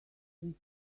can